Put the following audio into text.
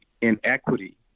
inequity